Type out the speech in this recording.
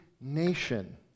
nation